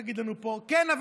תגיד לנו פה: כן,